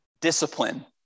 discipline